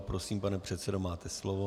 Prosím, pane předsedo, máte slovo.